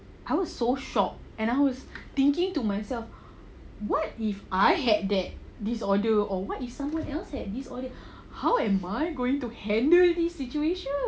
I was so shocked and I was thinking to myself what if I had that disorder or what if someone else had this order how am I going to handle the situation